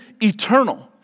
eternal